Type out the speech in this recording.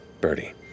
Birdie